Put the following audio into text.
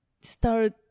start